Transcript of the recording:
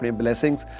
blessings